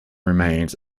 remains